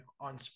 on